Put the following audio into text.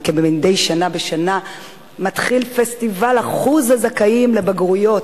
וכמדי שנה בשנה מתחיל פסטיבל אחוז הזכאים לבגרויות,